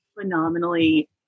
phenomenally